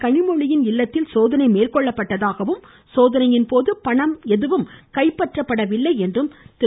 கனிமொழியின் இல்லத்தில் சோதனை மேற்கொள்ளப்பட்டதாகவும் சோதனையின் போது பணம் எதுவும் கைப்பற்றப்படவில்லை என்றும் என்றும் திரு